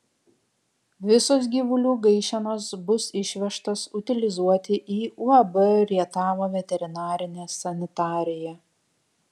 visos gyvulių gaišenos bus išvežtos utilizuoti į uab rietavo veterinarinė sanitarija